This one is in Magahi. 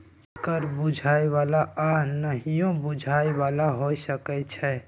कर बुझाय बला आऽ नहियो बुझाय बला हो सकै छइ